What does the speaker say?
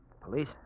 police